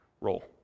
role